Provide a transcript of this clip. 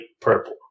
purple